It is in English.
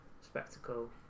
spectacle